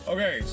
Okay